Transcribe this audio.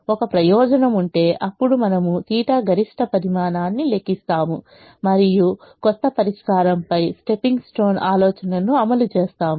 ఒక ప్రయోజనం ఉంటే అప్పుడు మనము θ గరిష్ట పరిమాణాన్ని లెక్కిస్తాము మరియు కొత్త పరిష్కారంపై స్టెప్పింగ్ స్టోన్ ఆలోచనను అమలు చేస్తాము